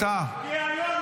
טאהא,